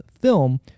film